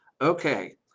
okay